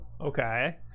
Okay